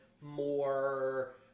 more